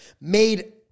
made